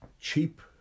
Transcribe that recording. cheap